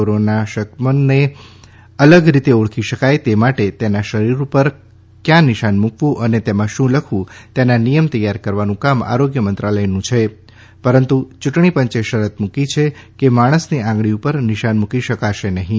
corona શક્મંને અલગ રીતે ઓળખી શકાય તે માટે તેના શરીર ઉપર કયા નિશાન મુક્વુ અને તેમાં શું લખવું તેના નિયમ તૈયાર કરવાનું કામ આરોગ્ય મંત્રાલયનું છે પરંતુ યૂંટણીપંચે શરત મુકી છે કે માણસની આંગળી ઉપર નિશાન મૂકી શકાશે નહીં